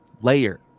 layer